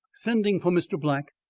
sending for mr. black,